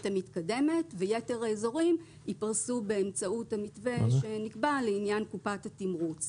המתקדמת ויתר האזורים ייפרסו באמצעות המתווה שנקבע לעניין קופת התמרוץ